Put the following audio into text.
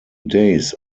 days